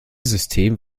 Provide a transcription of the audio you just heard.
system